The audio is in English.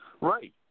right